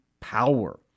power